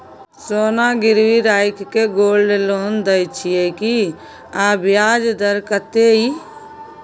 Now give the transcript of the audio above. सोना गिरवी रैख के गोल्ड लोन दै छियै की, आ ब्याज दर कत्ते इ?